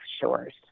shores